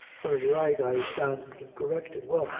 very right i stand corrected. well,